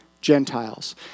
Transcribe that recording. Gentiles